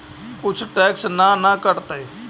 कुछ टैक्स ना न कटतइ?